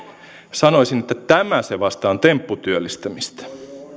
sanoisin että tämä se vasta on tempputyöllistämistä